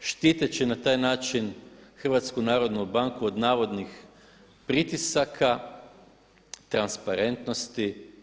štiteći na taj način HNB od navodnih pritisaka, transparentnosti.